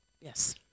yes